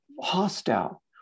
hostile